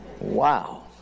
Wow